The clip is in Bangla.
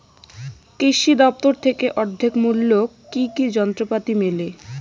কৃষি দফতর থেকে অর্ধেক মূল্য কি কি যন্ত্রপাতি মেলে?